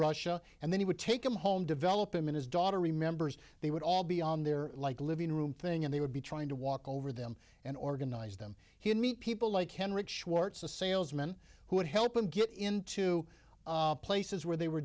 russia and then he would take them home develop him and his daughter remembers they would all be on their like a living room thing and they would be trying to walk over them and organize them he would meet people like henrik schwartz a salesman who would help him get into places where they were